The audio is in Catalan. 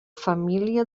família